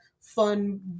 fun